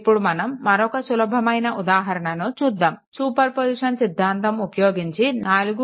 ఇప్పుడు మనం మరొక సులభమైన ఉదాహరణను చూద్దాము సూపర్ పొజిషన్ సిద్ధాంతం ఉపయోగించి 4